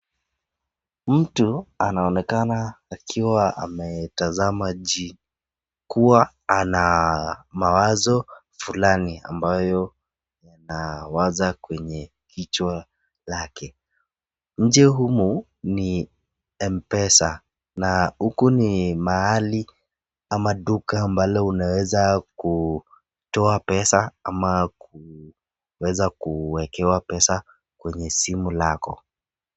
Mtu anaonekana akiwa ametazama chini ameta kuwa anamawazo fulani ambayo anawaza kwa kichwa lake. Nje humu ni M-pesa. Huku ni mahali ama duka ambalo unaweza kutoa pesa ama kuweza kuwekewa pesa kwenye simu lako.